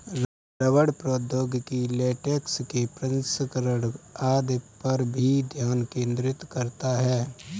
रबड़ प्रौद्योगिकी लेटेक्स के प्रसंस्करण आदि पर भी ध्यान केंद्रित करता है